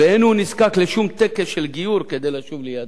ואין הוא נזקק לשום טקס של גיור כדי לשוב ליהדותו.